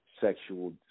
sexual